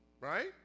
right